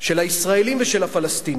של הישראלים ושל הפלסטינים,